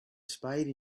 spade